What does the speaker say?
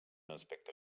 aspecte